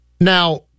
Now